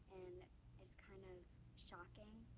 and it's kind of shocking.